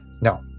No